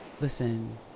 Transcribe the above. listen